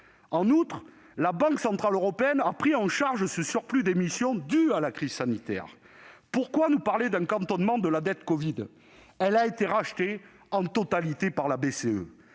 En outre, la BCE a pris en charge ce surplus d'émissions dû à la crise sanitaire. Pourquoi nous parler d'un cantonnement de la dette covid ? Elle a été rachetée en totalité par la BCE